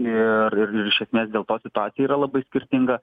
ir ir ir iš esmės dėl to situacija yra labai skirtinga